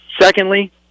Secondly